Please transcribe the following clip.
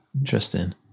Interesting